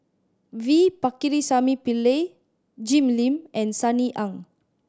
V Pakirisamy Pillai Jim Lim and Sunny Ang